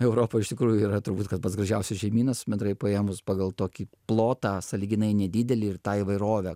europa iš tikrųjų yra turbūt kad pats gražiausias žemynas bendrai paėmus pagal tokį plotą sąlyginai nedidelį ir tą įvairovę